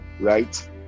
right